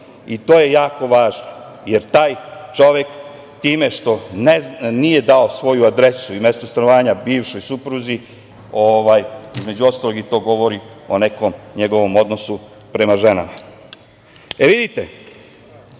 To je jako važno, jer taj čovek time što nije dao svoju adresu i mesto stanovanja, bivšoj supruzi, između ostalog i to govori o nekom svom odnosu prema ženama. Jel vidite,